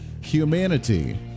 Humanity